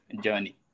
journey